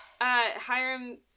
Hiram